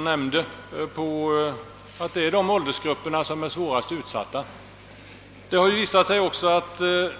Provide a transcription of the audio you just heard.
nämnde är dessa grupper svårast utsatta för tandsjukdomar.